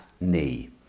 knee